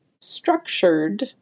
structured